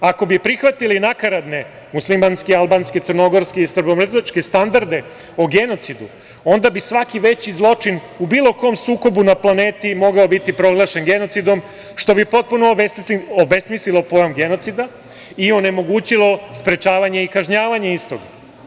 Ako bi prihvatili nakaradne muslimanske, albanske, crnogorske i srbomrzačke standarde o genocidu, onda bi svaki veći zločin u bilo kom sukobu na planeti mogao biti proglašen genocidom, što bi potpuno obesmislilo pojam genocida i onemogućilo sprečavanje i kažnjavanje istog.